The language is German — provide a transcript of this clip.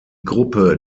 gruppe